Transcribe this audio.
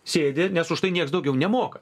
sėdi nes už tai nieks daugiau nemoka